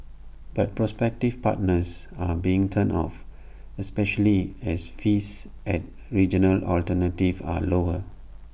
but prospective partners are being turned off especially as fees at regional alternatives are lower